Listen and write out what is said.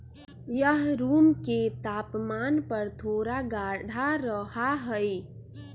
यह रूम के तापमान पर थोड़ा गाढ़ा रहा हई